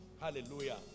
Hallelujah